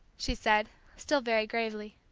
she said, still very gravely.